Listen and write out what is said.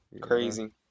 Crazy